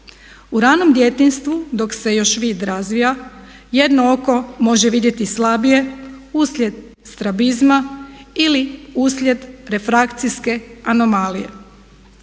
U ravnom djetinjstvu dok se još vid razvija jedno oko može vidjeti slabije uslijed strabizma ili uslijed refrakcijske anomalije.